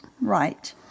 Right